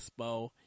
expo